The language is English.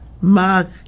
Mark